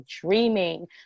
dreaming